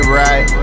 right